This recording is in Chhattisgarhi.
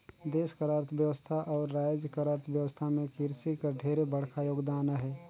देस कर अर्थबेवस्था अउ राएज कर अर्थबेवस्था में किरसी कर ढेरे बड़खा योगदान अहे